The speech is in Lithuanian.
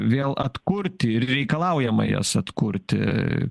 vėl atkurti ir reikalaujama jas atkurti